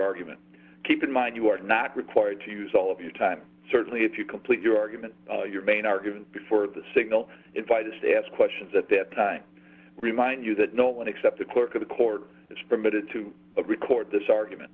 argument keep in mind you are not required to use all of your time certainly if you complete your argument your main argument before the signal invite is to ask questions at that time i remind you that no one except the clerk of the court is permitted to record this argument